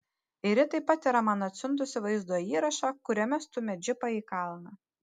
ir ji taip pat yra man atsiuntusi vaizdo įrašą kuriame stumia džipą į kalną